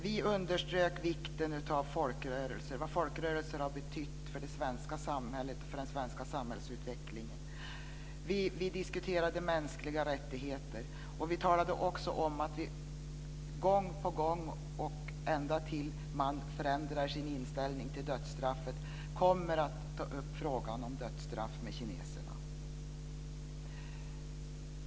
Vi underströk vikten av folkrörelser och vad folkrörelser har betytt för den svenska samhällsutvecklingen. Vi diskuterade mänskliga rättigheter, och vi talade också om att vi gång på gång och ända tills man förändrar sin inställning till dödsstraffet kommer att ta upp frågan om dödsstraff med kineserna.